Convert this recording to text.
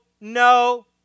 no